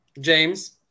James